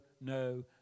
no